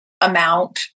amount